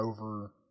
over